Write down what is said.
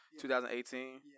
2018